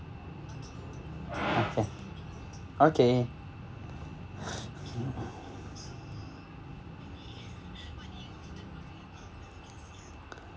okay okay